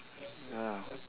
ya